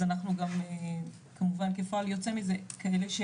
אז אנחנו כמובן כפועל יוצא מזה כאלה,